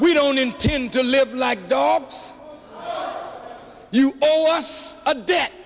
we don't intend to live like dogs you